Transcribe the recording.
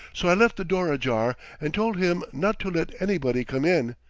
so i left the door ajar, and told him not to let anybody come in.